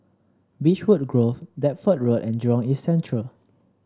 Beechwood Grove Deptford Road and Jurong East Central